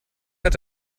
hat